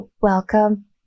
welcome